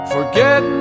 Forget